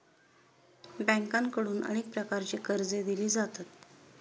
बँकांकडून अनेक प्रकारची कर्जे दिली जातात